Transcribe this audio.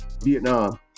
Vietnam